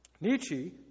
Nietzsche